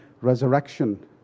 resurrection